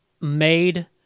made